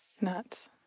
Nuts